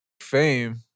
fame